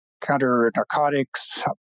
counter-narcotics